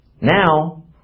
now